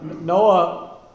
Noah